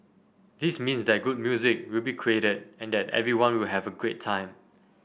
this means that good music will be created and that everyone will have a great time